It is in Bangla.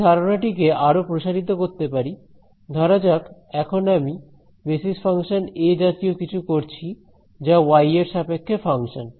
আমি ধারণাটি কে আরো প্রসারিত করতে পারি ধরা যাক এখন আমি বেসিস ফাংশন এ জাতীয় কিছু করছি যা ওয়াই এর সাপেক্ষে ফাংশন